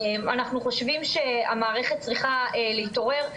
אנחנו חושבים שהמערכת צריכה להתעורר,